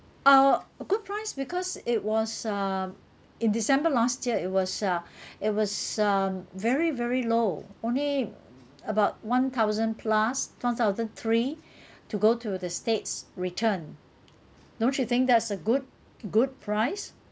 uh good price because it was uh in december last year it was uh it was um very very low only about one thousand plus one thousand three to go to the states return don't you think that's a good good price